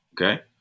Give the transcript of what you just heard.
okay